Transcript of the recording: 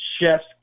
Chef's